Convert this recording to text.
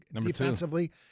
defensively